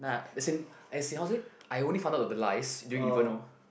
nah as in as in how to say I only found out of the lies during even orh